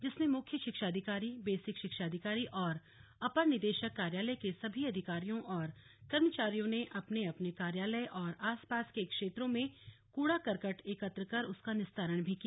जिसमें मुख्य शिक्षा अधिकारी बेसिक शिक्षा अधिकारी और अपर निदेशक कार्यालय के सभी अधिकारियों और कर्मचारियों ने अपने अपने कार्यालय और आस पास के क्षेत्रों में कूड़ा करकट एकत्र कर उसका निस्तारण भी किया